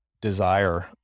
desire